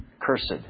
Cursed